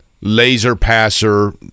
laser-passer